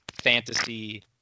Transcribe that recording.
fantasy